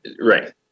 right